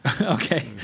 Okay